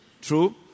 True